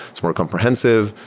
it's more comprehensive.